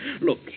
look